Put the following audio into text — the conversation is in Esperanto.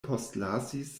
postlasis